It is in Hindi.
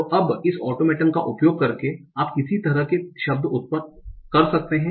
तो अब इस आटोमेटन का उपयोग करके आप किस तरह के शब्द उत्पन्न कर सकते हैं